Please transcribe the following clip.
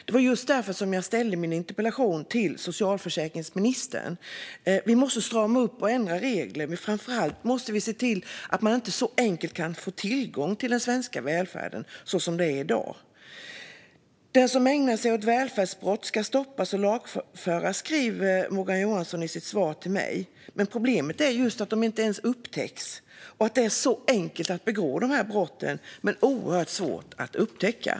Det var just därför jag ställde min interpellation till socialförsäkringsministern. Vi måste strama upp och ändra reglerna, men framför allt måste vi se till att det inte är så enkelt att få tillgång till den svenska välfärden som det är i dag. Den som ägnar sig åt välfärdsbrott ska stoppas och lagföras, säger Morgan Johansson i sitt svar till mig. Men problemet är ju att de inte ens upptäcks - att det är så enkelt att begå dessa brott men oerhört svårt att upptäcka dem.